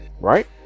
Right